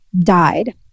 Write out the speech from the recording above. died